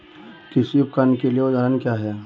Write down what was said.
कृषि उपकरण के उदाहरण क्या हैं?